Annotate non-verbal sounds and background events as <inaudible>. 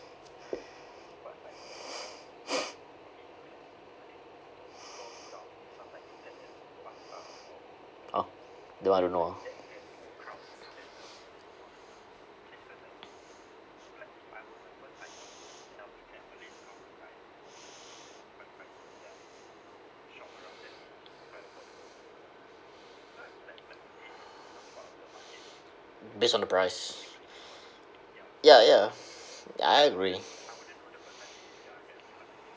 <breath> orh that one I don't know ah based on the price ya ya I agree <breath>